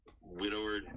widower